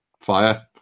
fire